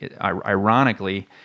ironically